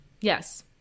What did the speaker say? Yes